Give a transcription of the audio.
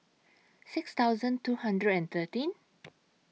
six thousand two hundred and thirteen